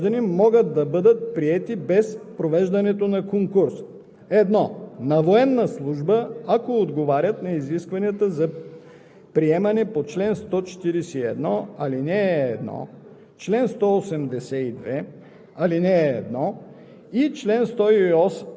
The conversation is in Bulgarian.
След изпълнение на договора за срочна служба в доброволния резерв по чл. 59г, ал. 1 българските граждани могат да бъдат приети без провеждане на конкурс: 1. на военна служба, ако отговарят на изискванията за